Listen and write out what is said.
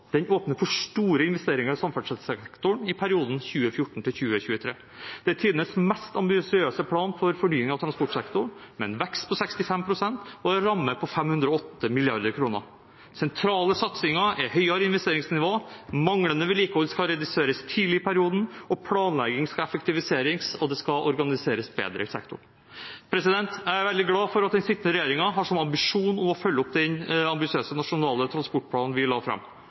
Den åpner for store investeringer i samferdselssektoren i perioden 2014–2023. Det er tidenes mest ambisiøse plan for fornying av transportsektoren – med en vekst på 65 pst. og en ramme på 508 mrd. kr. Sentrale satsinger er høyere investeringsnivå, at manglende vedlikehold skal reduseres tidlig i perioden, at planlegging skal effektiviseres, og at det skal organiseres bedre i sektoren. Jeg er veldig glad for at den sittende regjeringen har som ambisjon å følge opp den ambisiøse nasjonale transportplanen vi la fram.